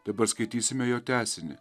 dabar skaitysime jo tęsinį